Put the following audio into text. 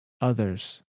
others